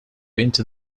into